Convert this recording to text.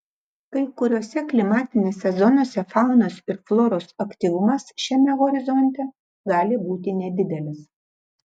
kai kuriose klimatinėse zonose faunos ir floros aktyvumas šiame horizonte gali būti nedidelis